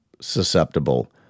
susceptible